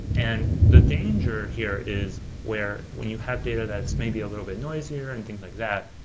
and the danger here is where when you have data that's maybe a little bit noisier and things like that,